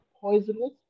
poisonous